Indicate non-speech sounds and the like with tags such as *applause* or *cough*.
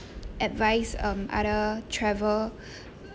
advise um other travel *breath*